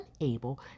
unable